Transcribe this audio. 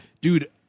dude